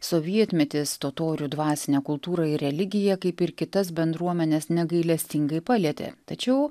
sovietmetis totorių dvasinę kultūrą ir religiją kaip ir kitas bendruomenes negailestingai palietė tačiau